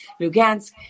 Lugansk